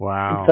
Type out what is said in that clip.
Wow